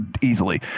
easily